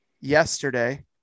yesterday